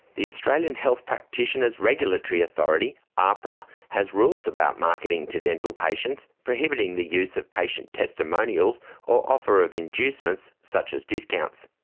the australian health practitioners regulatory authority, ahpra, has rules about marketing to dental patients, prohibiting the use of patient testimonials or offer of inducements such as discounts.